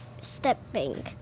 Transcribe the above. stepping